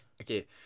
okay